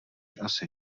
asi